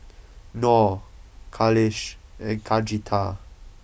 Nor Khalish and Khatijah